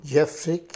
Jeffrey